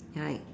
right